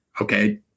Okay